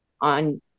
on